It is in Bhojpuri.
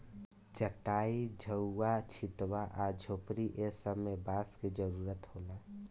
चाटाई, झउवा, छित्वा आ झोपड़ी ए सब मे बांस के जरुरत होला